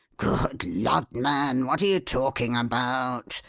good lud, man, what are you talking about?